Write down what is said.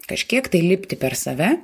kažkiek tai lipti per save